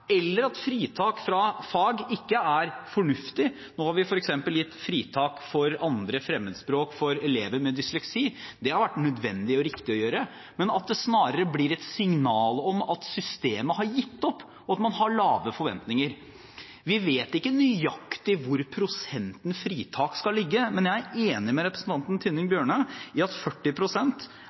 eller at fritak fra fag ikke er fornuftig – nå har vi f.eks. gitt fritak for andre fremmedspråk for elever med dysleksi, det har vært nødvendig og riktig å gjøre – men at det snarere blir et signal om at systemet har gitt opp, og at man har lave forventninger. Vi vet ikke nøyaktig hvor prosenten fritak skal ligge, men jeg er enig med representanten Tynning Bjørnø i at